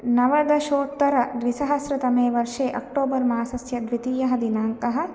नवदशोत्तरद्विसहस्रतमे वर्षे अक्टोबर् मासस्य द्वितीयः दिनाङ्कः